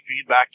feedback